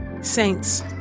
Saints